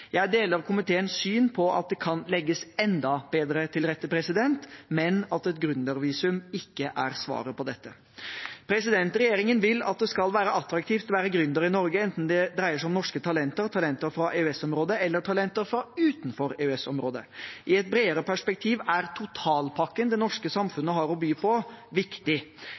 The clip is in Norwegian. Jeg deler komiteens syn på at det kan legges enda bedre til rette, men at et gründervisum ikke er svaret på dette. Regjeringen vil at det skal være attraktivt å være gründer i Norge, enten det dreier seg om norske talenter, talenter fra EØS-området eller talenter fra utenfor EØS-området. I et bredere perspektiv er totalpakken det norske samfunnet har å by på, viktig.